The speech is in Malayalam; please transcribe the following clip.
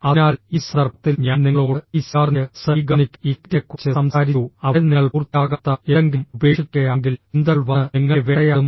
അതിനാൽ ഈ സന്ദർഭത്തിൽ ഞാൻ നിങ്ങളോട് ഈ സിഗാർനിക് സ് igarnic ഇഫക്റ്റിനെക്കുറിച്ച് സംസാരിച്ചു അവിടെ നിങ്ങൾ പൂർത്തിയാകാത്ത എന്തെങ്കിലും ഉപേക്ഷിക്കുകയാണെങ്കിൽ ചിന്തകൾ വന്ന് നിങ്ങളെ വേട്ടയാടും